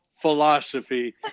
philosophy